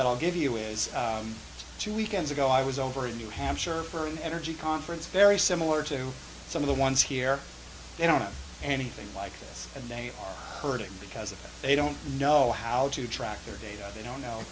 that i'll give you as two weekends ago i was over in new hampshire earning energy conference very similar to some of the ones here i don't know anything like this and they are hurting because if they don't know how to track their data they don't know